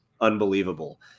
unbelievable